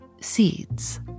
seeds